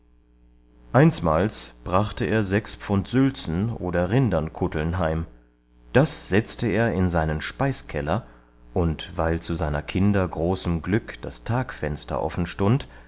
einsmals brachte er sechs pfund sülzen oder rindernkutteln heim das setzte er in seinen speiskeller und weil zu seiner kinder großem glück das